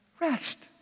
rest